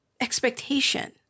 expectation